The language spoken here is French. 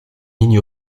ligne